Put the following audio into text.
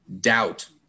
doubt